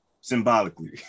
symbolically